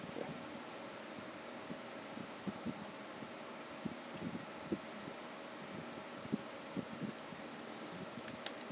ya